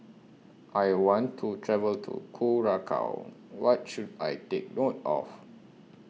I want to travel to Curacao What should I Take note of